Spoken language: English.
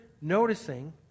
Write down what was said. noticing